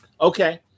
okay